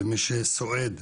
למי שסועד,